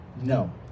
No